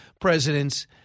presidents